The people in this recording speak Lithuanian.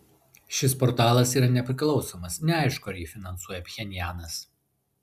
šis portalas yra nepriklausomas neaišku ar jį finansuoja pchenjanas